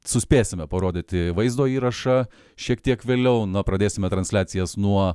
suspėsime parodyti vaizdo įrašą šiek tiek vėliau na pradėsime transliacijas nuo